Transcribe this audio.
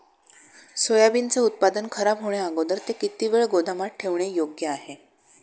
सोयाबीनचे उत्पादन खराब होण्याअगोदर ते किती वेळ गोदामात ठेवणे योग्य आहे?